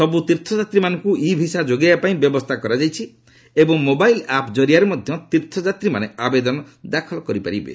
ସବୁ ତୀର୍ଥଯାତ୍ରୀମାନଙ୍କୁ e visa ଯୋଗାଇବା ପାଇଁ ବ୍ୟବସ୍ଥା କରାଯାଇଛି ଏବଂ ମୋବାଇଲ୍ ଆପ୍ ଜରିଆରେ ମଧ୍ୟ ତୀର୍ଥଯାତ୍ରୀମାନେ ଆବେଦନ ଦାଖଲ କରିପାରିବେ